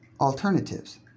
alternatives